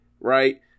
right